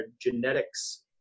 genetics